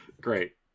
Great